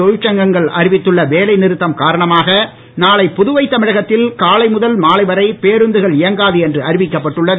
தொழிற்சங்கள் அறிவித்துள்ள வேலை நிறுத்தம் காரணமாக நாளை புதுவை தமிழகத்தில் காலை முதல் மாலை வரை பேருந்துகள் இயங்காது என்று அறிவிக்கப்பட்டுள்ளது